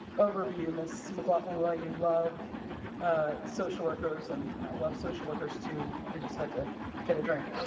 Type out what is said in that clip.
overview, ms. mclaughlin, why you love social workers. and i love social workers, too. i just had to get a drink.